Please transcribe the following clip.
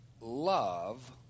love